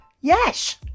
yes